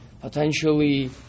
potentially